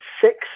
six